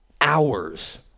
hours